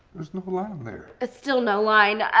there's no line there. ah still no line.